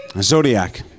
Zodiac